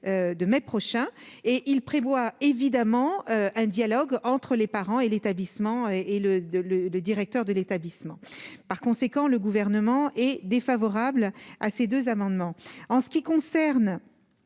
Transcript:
de mai prochain et il prévoit évidemment un dialogue entre les parents et l'établissement et et le 2 le, le directeur de l'établissement, par conséquent, le gouvernement est défavorable à ces deux amendements en ce qui concerne.